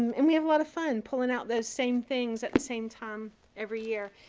um and we have a lot of fun pulling out those same things at the same time every year.